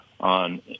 on